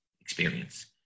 experience